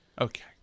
Okay